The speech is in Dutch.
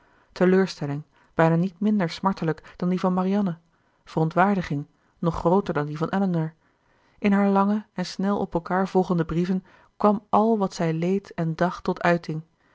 teleurstelling bijna niet minder smartelijk dan die van marianne verontwaardiging nog grooter dan die van elinor in haar lange en snel op elkaar volgende brieven kwam al wat zij leed en dacht tot uiting